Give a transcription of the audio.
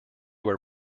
were